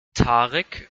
tarek